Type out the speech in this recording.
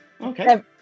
Okay